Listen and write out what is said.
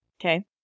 Okay